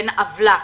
בן עוולה,